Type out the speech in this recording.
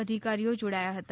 અધિકારીઓ જોડાયા હતા